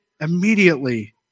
immediately